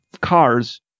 cars